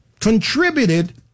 contributed